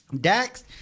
dax